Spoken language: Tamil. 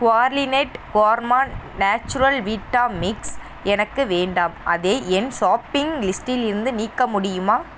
குவார்லினட் கோர்மான் நேச்சுரல் வீட்டா மிக்ஸ் எனக்கு வேண்டாம் அதை என் ஷாப்பிங் லிஸ்டிலிருந்து நீக்க முடியுமா